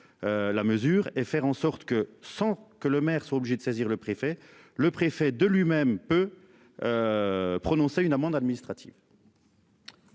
La mesure et faire en sorte que sans que le maire sera obligé de saisir le préfet, le préfet de lui même peut. Prononcer une amende administrative.